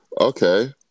Okay